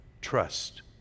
Trust